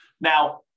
Now